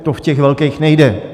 To v těch velkých nejde.